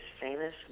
famous